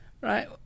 Right